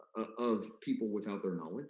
of people without their and like